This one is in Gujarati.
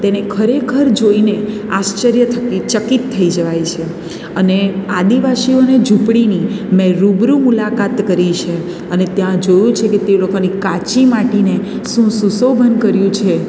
તેને ખરેખર જોઈને આશ્ચર્ય થકી ચકિત થઈ જવાય છે અને આદિવાસીઓને ઝૂંપડીની મેં રૂબરૂ મુલાકાત કરી છે અને ત્યાં જોયું છે કે તે લોકોની કાચી માટીને શું સુશોભન કર્યું છે